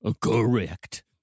correct